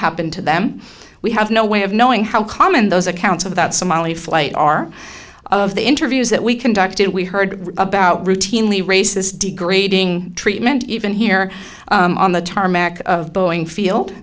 happened to them we have no way of knowing how common those accounts of that somali flight are of the interviews that we conduct we heard about routinely racist degrading treatment even here on the tarmac of boeing field